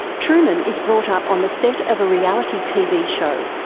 truman is brought up on the set of a reality tv show,